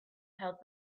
held